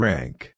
Rank